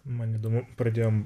man įdomu pradėjom